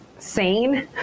sane